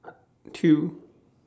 two